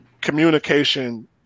communication